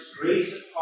grace